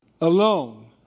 alone